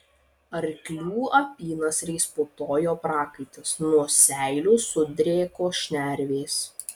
arklių apynasriais putojo prakaitas nuo seilių sudrėko šnervės